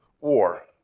war